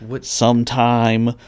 Sometime